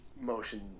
motion